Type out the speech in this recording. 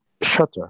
shutter